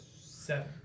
seven